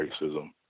racism